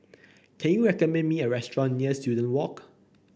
can you recommend me a restaurant near Student Walk